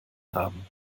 haben